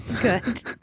Good